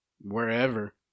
wherever